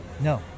No